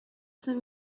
cinq